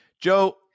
Joe